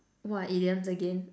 what are idioms again